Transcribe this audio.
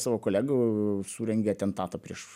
savo kolegų surengė atentatą prieš